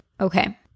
Okay